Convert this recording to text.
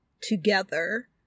together